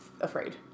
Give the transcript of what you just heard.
afraid